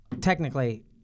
Technically